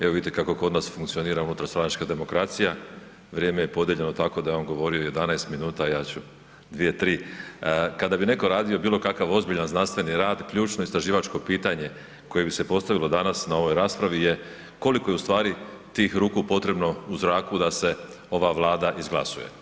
Evo vidite kako kod nas funkcionira unutarstranačka demokracija, vrijeme je podijeljeno tako da je on govorio 11 minuta, a ja ću 2, 3. Kada bi netko radio bilo kakav ozbiljan znanstveni rad, ključno istraživačko pitanje koje bi se postavilo danas na ovoj raspravi je koliko je ustvari tih ruku potrebno u zraku da se ova Vlada izglasuje.